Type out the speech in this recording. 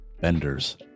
benders